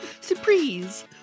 Surprise